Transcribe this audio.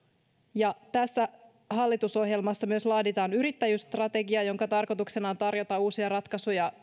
ja tässä hallitusohjelmassa myös laaditaan yrittäjyysstrategia jonka tarkoituksena on tarjota uusia ratkaisuja